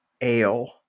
ale